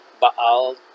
baal